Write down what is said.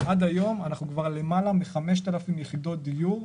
והיום אנחנו כבר למעלה מ-5,000 יחידות דיור.